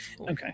Okay